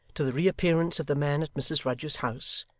to the reappearance of the man at mrs rudge's house,